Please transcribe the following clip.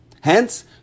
Hence